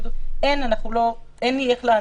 אין לי איך להגיב.